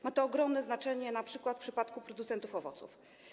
Ma to ogromne znaczenie np. w przypadku producentów owoców.